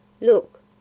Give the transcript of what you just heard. Look